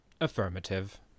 Affirmative